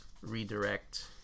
redirect